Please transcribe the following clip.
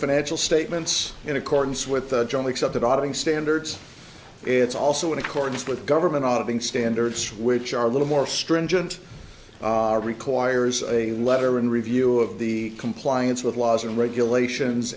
financial statements in accordance with the john accepted auditing standards it's also in accordance with government out of ng standards which are little more stringent requires a letter and review of the compliance with laws and regulations